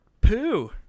poo